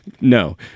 No